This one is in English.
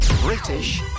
British